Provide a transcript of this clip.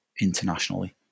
internationally